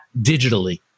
digitally